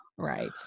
right